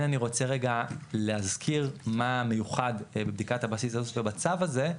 כן אני רוצה רגע להזכיר מה מיוחד בבדיקת הבסיס הזאת ובצו הזה,